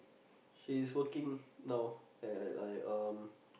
she's working now at like um